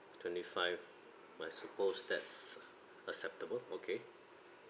twenty five I suppose that's acceptable okay